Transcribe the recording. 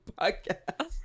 podcast